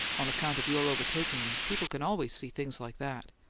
on account of your overtaking me people can always see things like that.